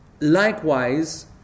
Likewise